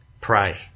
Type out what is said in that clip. Pray